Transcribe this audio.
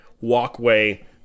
walkway